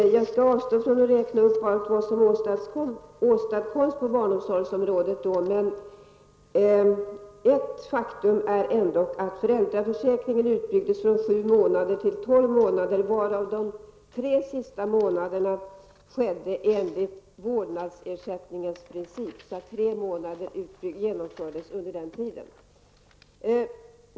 Jag skall avstå ifrån att räkna upp allt vad som åstadkoms på barnomsorgsområdet då. Det är ändock ett faktum att föräldraförsäkringen byggdes ut från sju månader till tolv månader. De tre sista månaderna tillkom i enlighet med vårdnadsersättningens princip, och genomfördes under den tiden.